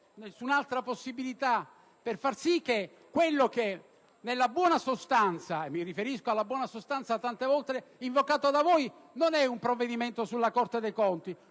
nessun'altra possibilità per approvare quello che nella buona sostanza - mi riferisco alla buona sostanza tante volte invocata da voi - non è un provvedimento sulla Corte dei conti